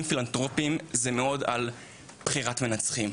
פילנתרופים זה מאוד על בחירת מנצחים,